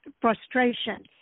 frustration